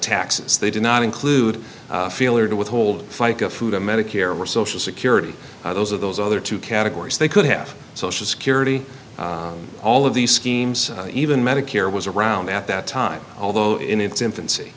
taxes they did not include failure to withhold fica food or medicare or social security those of those other two categories they could have social security all of these schemes even medicare was around at that time although in its infancy